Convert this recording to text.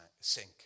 sink